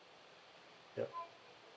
yup